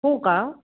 हो का